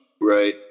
right